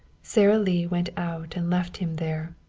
sara lee went out and left him there,